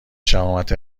شهامت